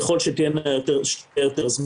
ככל שיהיה יותר זמינות,